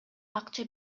акча